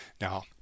now